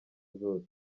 zose